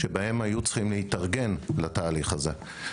שבהן היו צריכים להתארגן לתהליך הזה.